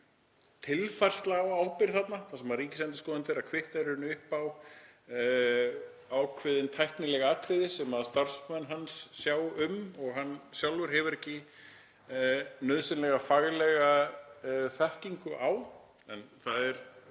tilfærsla á ábyrgð þarna þar sem ríkisendurskoðandi er að kvitta upp á ákveðin tæknileg atriði sem starfsmenn hans sjá um og hann sjálfur hefur ekki nauðsynlega faglega þekkingu á. En það